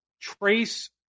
Trace